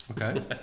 Okay